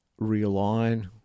realign